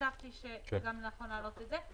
חשבתי שגם נכון להעלות את זה.